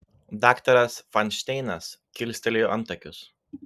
daktaras fainšteinas kilstelėjo antakius